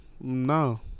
No